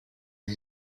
and